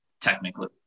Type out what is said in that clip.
technically